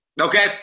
Okay